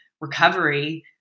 recovery